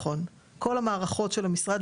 כל המערכות של המשרד,